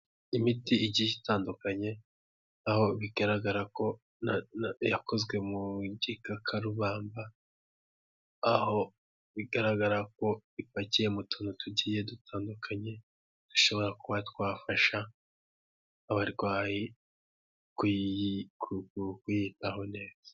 Imiti igiye itandukanye, aho bigaragara ko yakozwe mu gikakarubamba, aho bigaragara ko ipakiye mu tuntu tugiye dutandukanye, dushobora kuba twafasha abarwayi kwiyitaho neza.